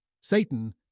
Satan